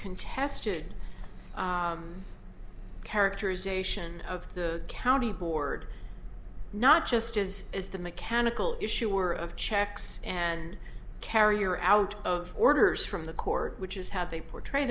contested characterization of the county board not just as is the mechanical issue or of checks and carrier out of orders from the court which is how they portray